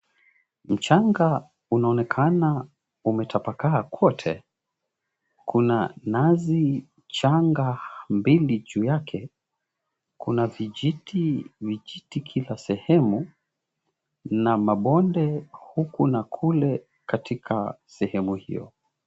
Mchanga unaonekana umetapakaa kwote, kuna nazi changa mbili juu yake, kuna vijitivijiti kila sehemu na mabonde huku na kule katika sehemu hio.